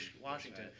Washington